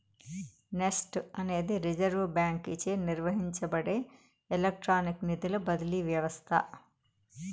NEFT అనేది reserve బాంకీచే నిర్వహించబడే ఎలక్ట్రానిక్ నిధుల బదిలీ వ్యవస్త